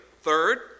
Third